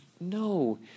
no